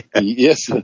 Yes